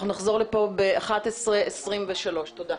נחזור לכאן בשעה 11:23. תודה.